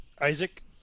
Isaac